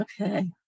Okay